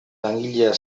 langilea